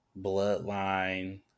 bloodline